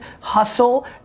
hustle